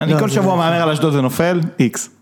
אני כל שבוע מהמר על אשדוד זה נופל, איקס.